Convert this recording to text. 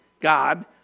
God